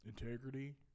integrity